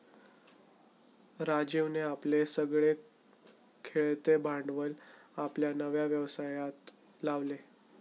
राजीवने आपले सगळे खेळते भांडवल आपल्या नव्या व्यवसायात लावले